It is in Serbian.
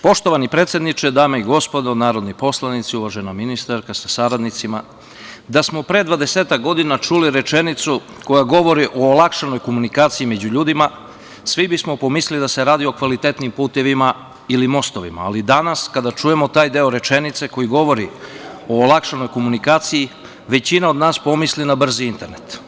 Poštovani predsedniče, dame i gospodo narodni poslanici, uvažena ministarsko sa saradnicima, da smo pre dvadesetak godina čuli rečenicu koja govori o olakšanoj komunikaciji među ljudima svi bismo pomislili da se radi o kvalitetnim putevima ili mostovima, ali danas kada čujemo taj deo rečenice koji govori o olakšanoj komunikaciji većina nas pomisli na brz internet.